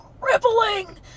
crippling